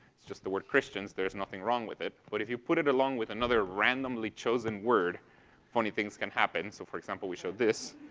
it's just the word christians. there's nothing wrong with it, but if you put it along with another randomly chosen word funny things can happen. so, for example, we showed this.